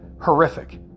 Horrific